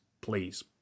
please